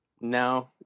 No